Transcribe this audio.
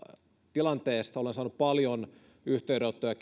tilanteesta olen saanut kentältä paljon yhteydenottoja